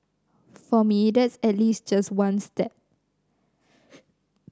for me that's at least just one step